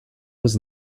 was